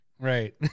right